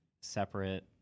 separate